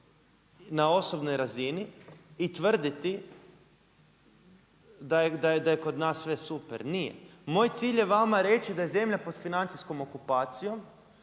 na osobnoj razini i tvrditi da je kod nas sve super. Nije. Moj cilj je vama reći da je zemlja pod financijskom okupacijom